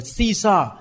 Caesar